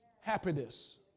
happiness